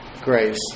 grace